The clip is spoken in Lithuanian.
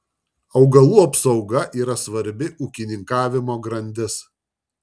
augalų apsauga yra svarbi ūkininkavimo grandis